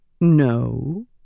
No